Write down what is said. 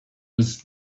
was